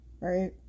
right